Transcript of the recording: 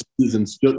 seasons